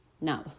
No